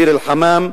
ביר-אל-חמאם,